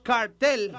Cartel